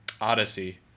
Odyssey